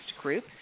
group